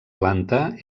planta